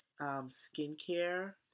skincare